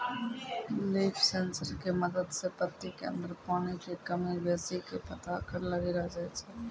leaf sensor के मदद सॅ पत्ती के अंदर पानी के कमी बेसी के पता लगैलो जाय छै